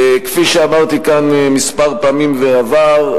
כפי שאמרתי כאן כמה פעמים בעבר,